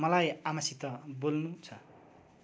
मलाई आमासित बोल्नुछ